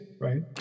right